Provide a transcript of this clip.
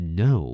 no